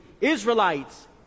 Israelites